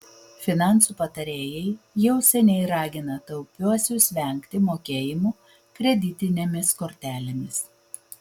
finansų patarėjai jau seniai ragina taupiuosius vengti mokėjimų kreditinėmis kortelėmis